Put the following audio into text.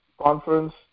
Conference